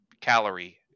calorie